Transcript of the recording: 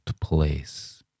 place